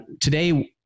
today